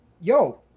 yo